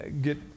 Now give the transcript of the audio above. get